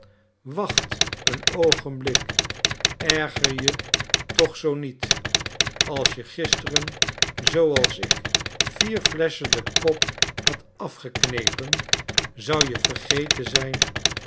wacht een oogenblik erger je toch zoo niet als je gisteren zooals ik vier flesschen den kop had afgeknepen zou je vergeten zijn